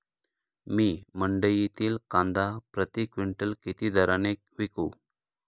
मी मंडईतील कांदा प्रति क्विंटल किती दराने विकू?